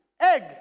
egg